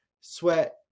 sweat